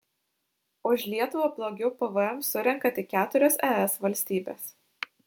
už lietuvą blogiau pvm surenka tik keturios es valstybės